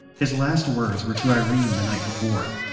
his last words were to irene the night before.